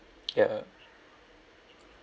ya